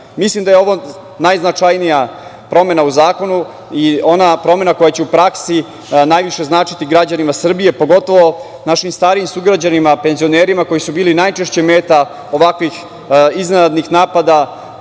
dinara. Mislim da je ovo najznačajnija promena u zakonu i ona promena koja će u praksi najviše značiti građanima Srbije, pogotovu našim starijim sugrađanima, penzionerima koji su bili najčešće meta ovakvih iznenadnih napada